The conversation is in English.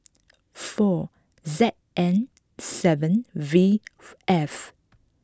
four Z N seven V F